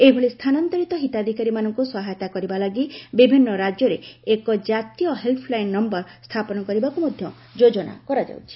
ଏଭଳି ସ୍ଥାନାନ୍ତରିତ ହିତାଧିକାରୀମାନଙ୍କୁ ସହାୟତା କରିବା ଲାଗି ବିଭିନ୍ନ ରାକ୍ୟରେ ଏକ ଜାତୀୟ ହେଲ୍ପ ଲାଇନ ନୟର ସ୍ଥାପନ କରିବାକୁ ମଧ୍ୟ ଯୋଜନା କରାଯାଉଛି